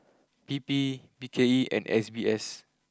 P P B K E and S B S